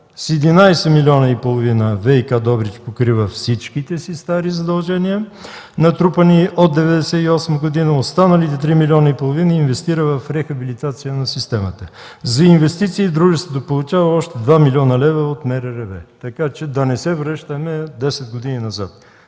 С 11,5 милиона ВиК Добрич покрива всичките си стари задължения натрупани от 1998 г. Останалите 3,5 милиона инвестира в рехабилитация на системата. За инвестиции дружеството получава още 2 млн. лв. от МРРБ. Така че да не се връщаме 10 години назад.